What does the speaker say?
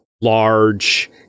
large